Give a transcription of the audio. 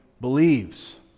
believes